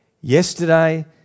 yesterday